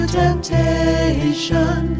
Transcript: temptation